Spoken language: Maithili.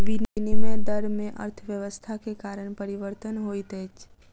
विनिमय दर में अर्थव्यवस्था के कारण परिवर्तन होइत अछि